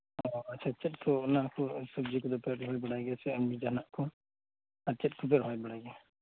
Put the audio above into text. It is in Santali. ᱚᱻ ᱟᱪᱪᱷᱟ ᱪᱮᱫ ᱠᱚ ᱚᱱᱟ ᱠᱚ ᱥᱚᱵᱽᱡᱤ ᱠᱚᱫᱚ ᱯᱮ ᱨᱚᱦᱚᱭ ᱵᱟᱲᱟᱭ ᱜᱮᱭᱟ ᱥᱮ ᱮᱢᱱᱤ ᱡᱟᱦᱟᱱᱟᱜ ᱠᱚ ᱟᱨ ᱪᱮᱫ ᱠᱚᱯᱮ ᱨᱚᱦᱚᱭ ᱵᱟᱲᱟᱭ ᱜᱮᱭᱟ